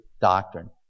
doctrine